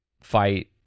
fight